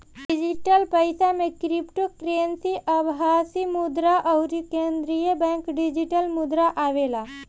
digital पईसा में cryptocurrency, आभासी मुद्रा अउरी केंद्रीय बैंक डिजिटल मुद्रा आवेला